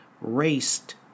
raced